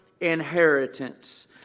inheritance